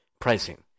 pricing